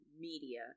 media